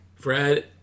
Fred